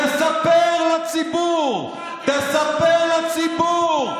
תספר לציבור.